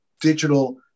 digital